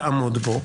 תעמוד בו",